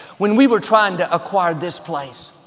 when we were trying to acquire this place,